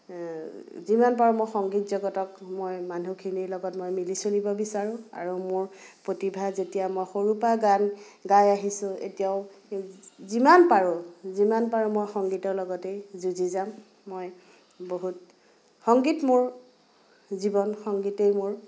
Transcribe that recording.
যিমান পাৰোঁ মই সংগীত জগতক মই মানুহখিনিৰ লগত মই মিলি চলিব বিচাৰোঁ আৰু মোৰ প্ৰতিভা যেতিয়া মই সৰু পৰা গান গাই আহিছোঁ এতিয়াও যিমান পাৰোঁ যিমান পাৰোঁ মই সংগীতৰ লগতেই যুঁজি যাম মই বহুত সংগীত মোৰ জীৱন সংগীতেই মোৰ